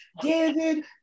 David